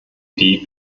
idee